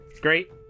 Great